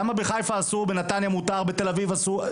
למה בחיפה אסור, בנתניה מותר, בתל אביב אסור.